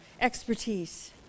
expertise